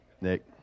Nick